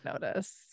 notice